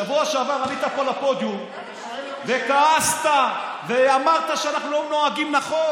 בשבוע שעבר עלית פה לפודיום וכעסת ואמרת שאנחנו לא נוהגים נכון.